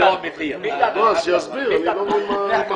שיסביר, אני לא מבין.